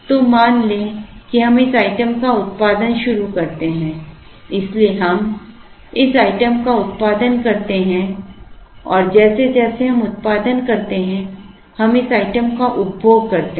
तो मान लें कि हम इस आइटम का उत्पादन शुरू करते हैं इसलिए हम इस आइटम का उत्पादन करते हैं और जैसे जैसे हम उत्पादन करते हैं हम इस आइटम का उपभोग करते हैं